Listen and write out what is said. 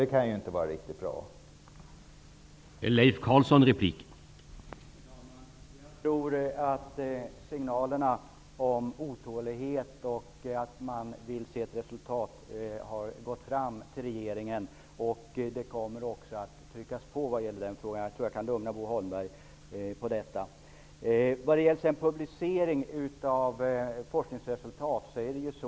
Det kan inte vara någon bra ordning.